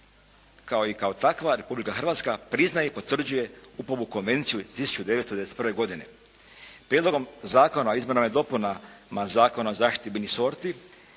kao i kao takva Republika Hrvatska priznaje i potvrđuje UP-ovu Konvenciju iz 1991. godine. Prijedlogom zakona o izmjenama i dopunama Zakona o zaštiti biljnih sorti